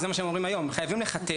זה מה שהם אומרים היום חייבים לחטט.